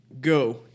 go